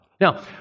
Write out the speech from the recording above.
Now